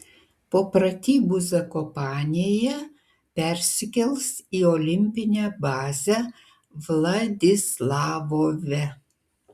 po pratybų zakopanėje persikels į olimpinę bazę vladislavove